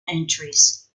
entries